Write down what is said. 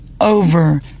over